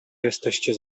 jesteście